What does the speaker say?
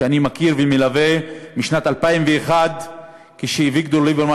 שאני מכיר ומלווה משנת 2001. כשאביגדור ליברמן